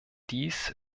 dies